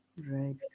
Right